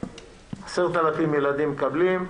10,000 ילדים מקבלים.